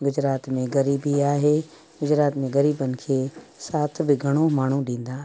गुजरात में ग़रीबी आहे गुजरात में ग़रीबनि खे साथ बि घणो माण्हू ॾींदा आहिनि